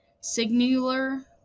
singular